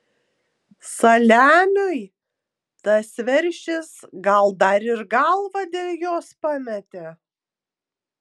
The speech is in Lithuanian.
saliamiui tas veršis gal dar ir galvą dėl jos pametė